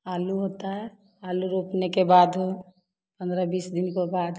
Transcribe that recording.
आलू होता है आलू रोपने के बाद पंद्रह बीस दिन के बाद